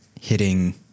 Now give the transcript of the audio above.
hitting